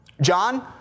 John